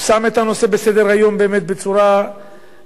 הוא שם את הנושא בסדר-היום באמת בצורה נמרצת,